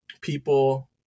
people